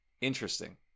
Interesting